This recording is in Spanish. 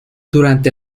durante